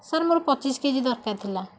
sir ମୋର ପଚିଶ kg ଦରକାର ଥିଲା